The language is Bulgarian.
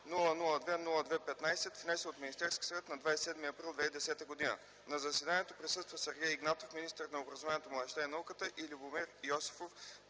002 02-15, внесен от Министерския съвет на 27 април 2010 г. На заседанието присъства Сергей Игнатов – министър на образованието, младежта и науката, и Любомир Йосифов